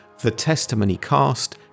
thetestimonycast